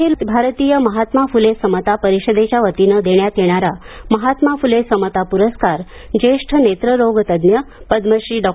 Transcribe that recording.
अखिल भारतीय महात्मा फुले समता परिषदेच्या वतीने देण्यात येणाऱ्या महात्मा फुले समता पुरस्कार ज्येष्ठ नेत्ररोगतज्ञ पद्मश्री डॉ